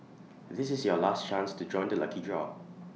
this is your last chance to join the lucky draw